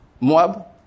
Moab